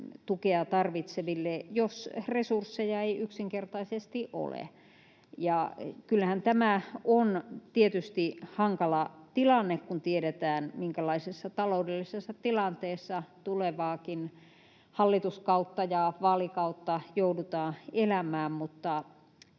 tukea tarvitseville, jos resursseja ei yksinkertaisesti ole. Kyllähän tämä on tietysti hankala tilanne, kun tiedetään, minkälaisessa taloudellisessa tilanteessa tulevaakin hallituskautta ja vaalikautta joudutaan elämään,